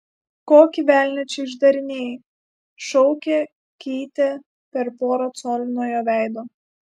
kokį velnią čia išdarinėji šaukė keitė per porą colių nuo jo veido